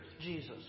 Jesus